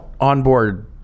onboard